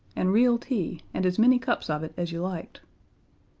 and real tea, and as many cups of it as you liked.